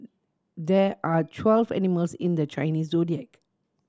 there are twelve animals in the Chinese Zodiac